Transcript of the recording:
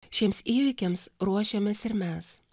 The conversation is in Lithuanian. šiems įvykiams ruošiamės ir mes